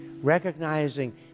Recognizing